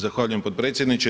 Zahvaljujem potpredsjedniče.